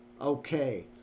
okay